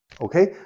Okay